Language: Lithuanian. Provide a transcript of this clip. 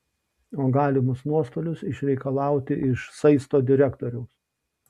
o galimus nuostolius išreikalauti iš saisto direktoriaus